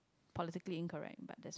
politically incorrect but